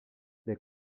les